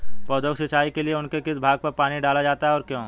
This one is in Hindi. पौधों की सिंचाई के लिए उनके किस भाग पर पानी डाला जाता है और क्यों?